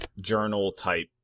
journal-type